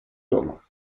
roma